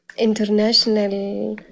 International